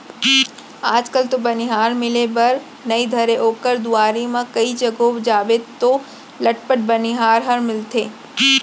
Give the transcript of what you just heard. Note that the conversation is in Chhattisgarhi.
आज कल तो बनिहार मिले बर नइ धरय ओकर दुवारी म कइ घौं जाबे तौ लटपट बनिहार ह मिलथे